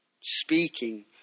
speaking